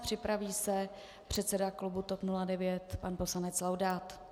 Připraví se předseda klubu TOP 09 pan poslanec Laudát.